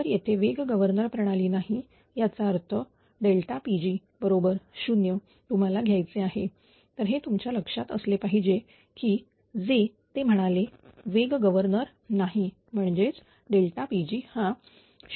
जर येथे वेग गव्हर्नर प्रणाली नाही याचा अर्थ Pg बरोबर 0 तुम्हाला घ्यायचे आहे हे तुमच्या लक्षात असले पाहिजे कि जे ते म्हणाले वेग गवर्नर नाही म्हणजेच Pg हा 0